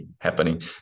happening